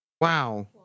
Wow